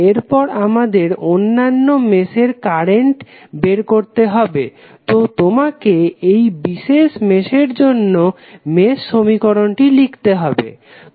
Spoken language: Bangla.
এরপরে আমাদের অন্যান্য মেশের কারেন্ট বের করতে হবে তো তোমাকে এই বিশেষ মেশের জন্য মেশ সমীকরণ লিখতে হবে